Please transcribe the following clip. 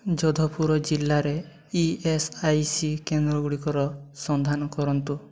ଯୋଧପୁର ଜିଲ୍ଲାରେ E S I C କେନ୍ଦ୍ରଗୁଡ଼ିକର ସନ୍ଧାନ କରନ୍ତୁ